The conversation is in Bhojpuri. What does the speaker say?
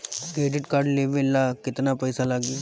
क्रेडिट कार्ड लेवे ला केतना पइसा लागी?